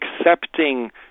accepting